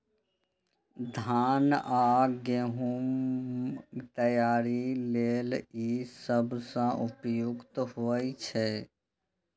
धान आ गहूम तैयारी लेल ई सबसं उपयुक्त होइ छै